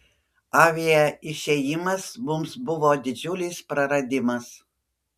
avie išėjimas mums buvo didžiulis praradimas